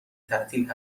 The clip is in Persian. تعطیل